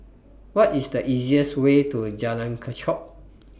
What IS The easiest Way to Jalan Kechot